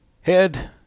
head